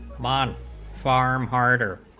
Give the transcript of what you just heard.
um um farm carter